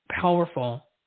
powerful